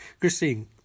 Christine